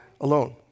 alone